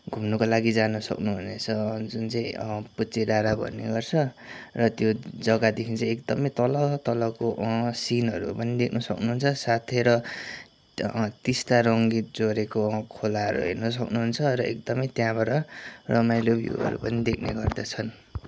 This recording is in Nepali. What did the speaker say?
घुम्नुको लागि जान सक्नु हुनेछ जुन चाहिँ पुच्चे डाँडा भन्ने गर्छ र त्यो जग्गादेखि चाहिँ एकदमै तल तलको सिनहरू पनि देख्न सक्नुहुन्छ साथै र तिस्ता रङ्गीत जोडिएको खोलाहरू हेर्न सक्नुहुन्छ र एकदमै त्यहाँबाट रमाइलो भ्यूहरू पनि देख्ने गर्दछन्